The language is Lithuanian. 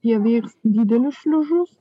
jie veiks didelius šliužus